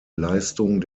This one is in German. leistung